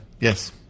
Yes